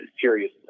serious